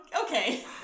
okay